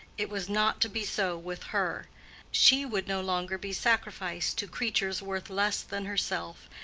it was not to be so with her she would no longer be sacrificed to creatures worth less than herself,